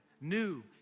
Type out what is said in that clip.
New